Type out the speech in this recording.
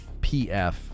PF